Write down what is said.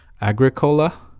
Agricola